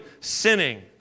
sinning